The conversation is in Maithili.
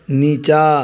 निचाँ